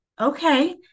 Okay